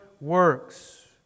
works